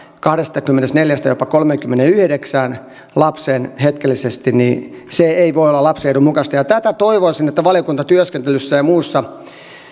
kahdestakymmenestäneljästä jopa kolmeenkymmeneenyhdeksään lapseen hetkellisesti niin se ei voi olla lapsen edun mukaista toivoisin että valiokuntatyöskentelyssä ja muussa